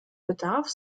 bedarf